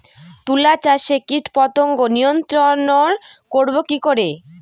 তুলা চাষে কীটপতঙ্গ নিয়ন্ত্রণর করব কি করে?